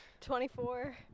24